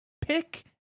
Pick